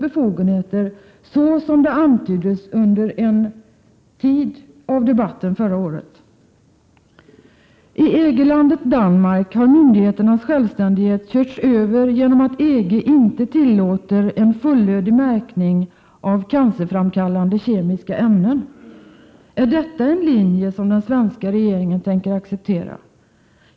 1987/88:114 sens befogenheter så som det antyddes en tid i debatten förra året? 4 maj 1988 I EG-landet Danmark har myndigheternas självständighet körts över genom att EG inte tillåter en fullödig märkning av cancerframkallande kemiska ämnen. Är detta en linje som den svenska regeringen tänker acceptera?